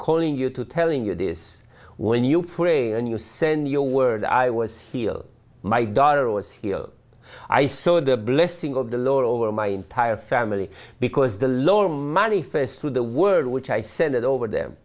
calling you to telling you this when you pray and you send your word i was healed my daughter was here i saw the blessing of the lord over my entire family because the lower money first to the word which i sent it over them